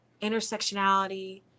intersectionality